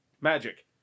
magic